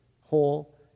whole